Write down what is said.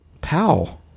Pow